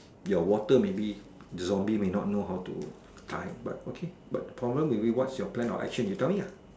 ya water maybe the zombie may not know how to die but okay but the problem will be what's your plan of action you tell me ah